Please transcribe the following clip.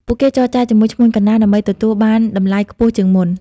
ពួកគេចរចាជាមួយឈ្មួញកណ្ដាលដើម្បីទទួលបានតម្លៃខ្ពស់ជាងមុន។